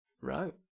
Right